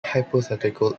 hypothetical